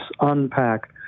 unpack